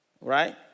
right